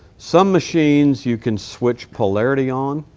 some machines you can switch polarity on.